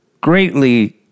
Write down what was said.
greatly